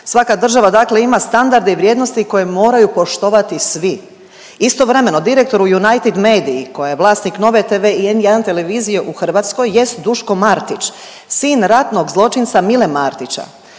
Svaka država ima standarde i vrijednosti koje moraju poštovati svi. istovremeno direktor u United Media-i koja je vlasnik Nove TV i N1 televizije u Hrvatskoj jest Duško Martić sin ratnog zločinca Mile Martića.